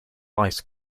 ice